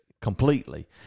completely